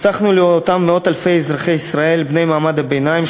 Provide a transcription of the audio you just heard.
הבטחנו לאותם מאות-אלפי אזרחי ישראל בני מעמד הביניים,